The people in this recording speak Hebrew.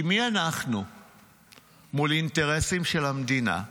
כי מי אנחנו מול אינטרסים של המדינה?